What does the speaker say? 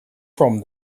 from